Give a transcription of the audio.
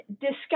discuss